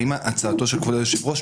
האם הצעתו של כבוד היושב ראש,